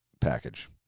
package